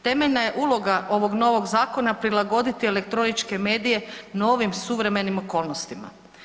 Temeljna je uloga ovog novog Zakona prilagoditi elektroničke medije novim suvremenim okolnostima.